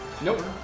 nope